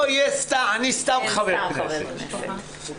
אני סתם חבר כנסת.